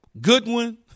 Goodwin